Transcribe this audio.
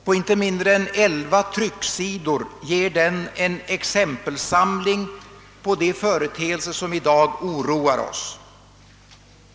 På inte mindre än elva trycksidor ger den en exempelsamling på de företeelser som i dag oroar oss.